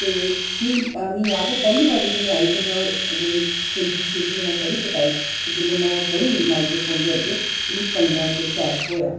ते मिगी याद ऐ पैह्ली बारी गै में आई ते में ओह् जेह्ड़ी प्रिंटिड स्लिप ही पढ़ी टकाई जिसलै में ओह् पढ़ी माईक्रो फोन दे अग्गै मिगी पंदरां रपेऽ कैश थ्होया